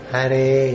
Hare